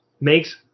makes